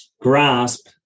grasp